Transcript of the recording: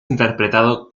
interpretado